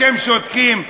אתם שותקים.